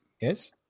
Yes